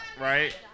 right